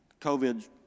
covid